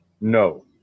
no